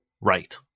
right